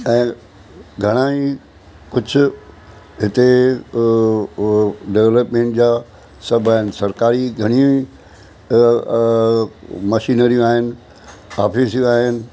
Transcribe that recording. ऐं घणाई कुझु हिते अ अ ओ डवलपमेंट जा सभु आहिनि सरकारी घणई अ अ मशिनिरयूं आहिनि ऑफिसूं आहिनि